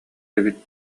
эбит